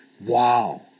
Wow